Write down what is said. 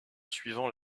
suivant